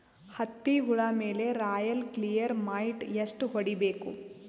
ಹತ್ತಿ ಹುಳ ಮೇಲೆ ರಾಯಲ್ ಕ್ಲಿಯರ್ ಮೈಟ್ ಎಷ್ಟ ಹೊಡಿಬೇಕು?